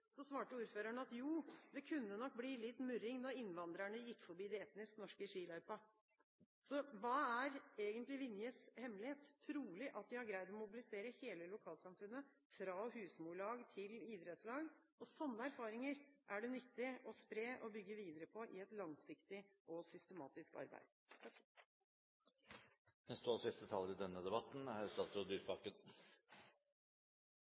svarte ordføreren: Jo, det kunne nok bli litt murring når innvandrerne gikk forbi de etnisk norske i skiløypa. Så hva er egentlig Vinjes hemmelighet? Trolig at de har greid å mobilisere hele lokalsamfunnet, fra husmorlag til idrettslag. Sånne erfaringer er det nyttig å spre og bygge videre på i et langsiktig og systematisk arbeid. Når det gjelder Vinjes hemmelighet, så er det fristende å legge til at en del av hemmeligheten er